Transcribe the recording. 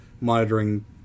monitoring